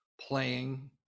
playing